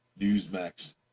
Newsmax